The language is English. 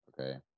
okay